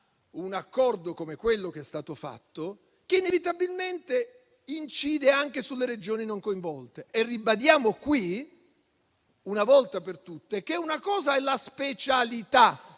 un accordo come quello che è stato fatto, che inevitabilmente incide anche sulle Regioni non coinvolte. Ribadiamo qui una volta per tutte che una cosa è la specialità,